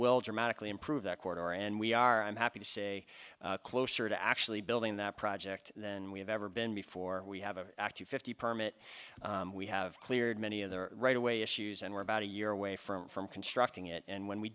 will dramatically improve that quarter and we are i'm happy to say closer to actually building that project then we've ever been before we have an active fifty permit we have cleared many of the right away issues and we're about a year away from from constructing it and when we